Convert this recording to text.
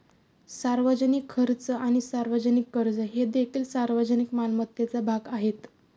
सार्वजनिक खर्च आणि सार्वजनिक कर्ज हे देखील सार्वजनिक मालमत्तेचा भाग आहेत